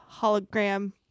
hologram